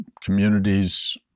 communities